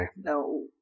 No